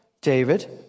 David